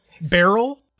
barrel